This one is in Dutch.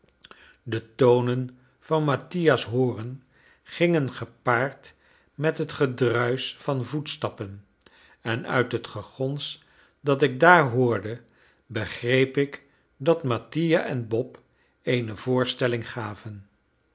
de tonen van mattia's horen gingen gepaard met het gedruisch van voetstappen en uit het gegons dat ik daar hoorde begreep ik dat mattia en bob eene voorstelling gaven